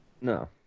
No